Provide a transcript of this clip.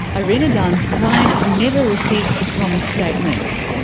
irina dunn's client never received the promised statement.